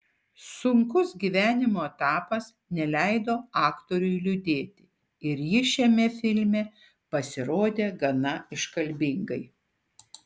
sunkus gyvenimo etapas neleido aktoriui liūdėti ir jis šiame filme pasirodė gana iškalbingai